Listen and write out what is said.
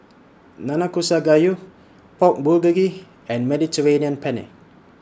Nanakusa Gayu Pork Bulgogi and Mediterranean Penne